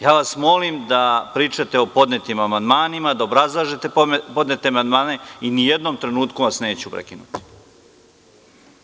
Ja vas molim da pričate o podnetim amandmanima, da obrazlažete podnete amandmane i ni u jednom trenutku vas neću prekinuti.